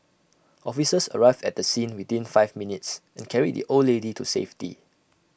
officers arrived at the scene within five minutes and carried the old lady to safety